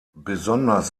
besonders